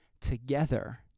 together